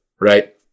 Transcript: right